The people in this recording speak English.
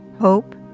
hope